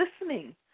listening